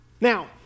Now